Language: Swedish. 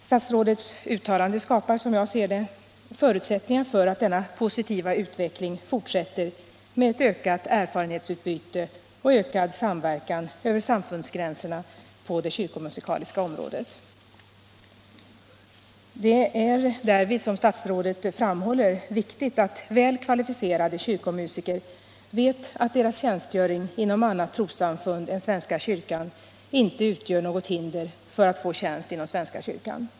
Statsrådets uttalande skapar, som jag ser det, förutsättningar för att denna positiva utveckling fortsätter med ökat erfarenhetsutbyte och ökad samverkan över samfundsgränserna på det kyrkomusikaliska området. Det är därvid, som statsrådet framhåller, viktigt att väl kvalificerade kyrkomusiker vet att deras tjänstgöring inom annat trossamfund än svenska kyrkan inte utgör något hinder för att få tjänst inom svenska kyrkan.